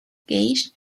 gage